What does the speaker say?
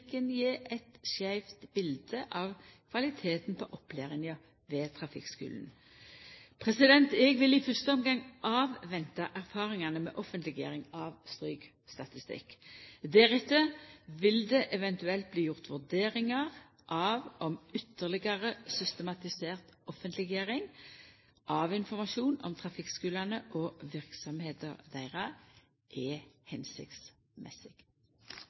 statistikken gje eit skeivt bilete av kvaliteten på opplæringa ved trafikkskulen. Eg vil i fyrste omgang avventa erfaringane med offentleggjering av strykstatistikk. Deretter vil det eventuelt bli gjort vurderingar av om ytterlegare systematisert offentleggjering av informasjon om trafikkskulane og verksemda deira er hensiktsmessig.